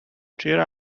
cheer